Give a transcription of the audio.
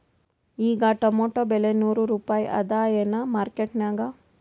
ಈಗಾ ಟೊಮೇಟೊ ಬೆಲೆ ನೂರು ರೂಪಾಯಿ ಅದಾಯೇನ ಮಾರಕೆಟನ್ಯಾಗ?